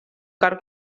car